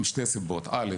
משתי סיבות אל"ף,